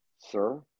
sir